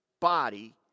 body